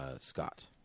Scott